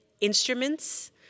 instruments